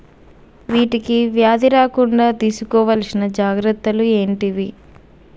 వీటికి వ్యాధి రాకుండా తీసుకోవాల్సిన జాగ్రత్తలు ఏంటియి?